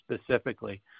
specifically